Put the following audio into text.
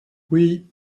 oui